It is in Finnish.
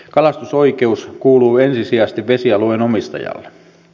kalastusoikeus kuuluu ensisijaisesti vesialueen omistajalle